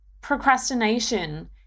procrastination